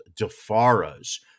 DeFara's